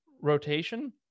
rotation